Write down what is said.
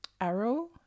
arrow